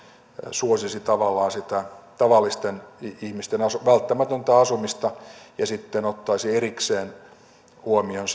suosisi tavallaan sitä tavallisten ihmisten välttämätöntä asumista ja sitten ottaisi erikseen huomioon